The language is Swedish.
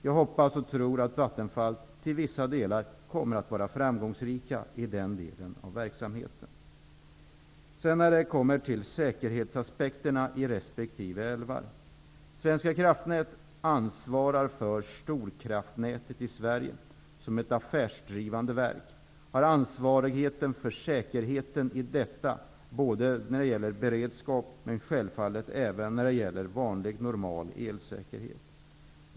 Jag hoppas och tror att Vattenfall till vissa delar kommer att vara framgångsrikt i den delen av verksamheten. När det gäller säkerhetsaspekterna i resp. älvar vill jag säga följande. Svenska kraftnät ansvarar för storkraftnätet i Sverige och är ett affärsdrivande verk. Det har ansvar för säkerheten i detta när det gäller beredskap, men självfallet även när det gäller vanlig normal elsäkerhet.